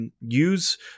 Use